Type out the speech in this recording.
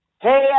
hey